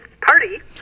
party